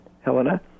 Helena